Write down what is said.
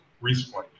recently